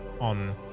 on